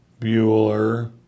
Bueller